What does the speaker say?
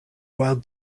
while